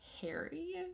Harry